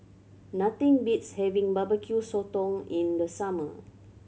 nothing beats having Barbecue Sotong in the summer